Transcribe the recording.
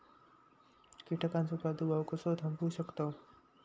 कीटकांचो प्रादुर्भाव कसो थांबवू शकतव?